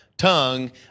tongue